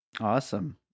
awesome